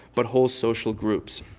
but whole social groups.